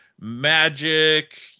magic